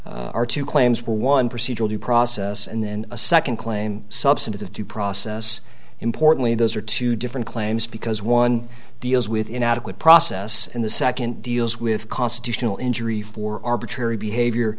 are two claims one procedural due process and then a second claim substantive due process importantly those are two different claims because one deals with inadequate process and the second deals with constitutional injury for arbitrary behavior